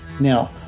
Now